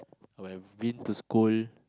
when I've been to school